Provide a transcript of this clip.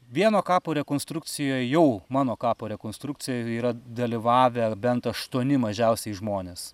vieno kapo rekonstrukcijoj jau mano kapo rekonstrukcijoj yra dalyvavę bent aštuoni mažiausiai žmonės